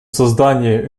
создание